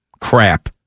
crap